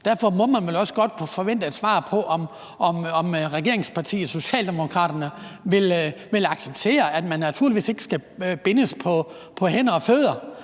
Derfor må man vel også godt kunne forvente et svar på, om regeringspartiet Socialdemokraterne vil acceptere, at man naturligvis ikke skal bindes på hænder og fødder,